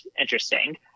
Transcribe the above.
interesting